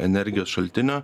energijos šaltinio